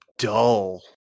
dull